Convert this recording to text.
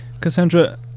Cassandra